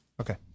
Okay